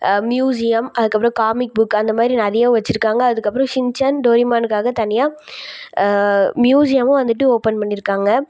museum அதுக்கப்புறம் comic book அந்தமாதிரி நிறையவும் வெச்சுருக்காங்க அதுக்கப்புறம் ஷின்சான் டோரிமானுக்காக தனியாக மியூசியமும் வந்துட்டு ஓப்பன் பண்ணியிருக்காங்க